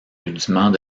rudiments